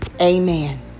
Amen